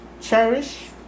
cherish